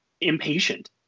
impatient